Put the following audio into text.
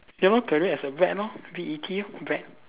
ya lor career as a vet lor V E T lor vet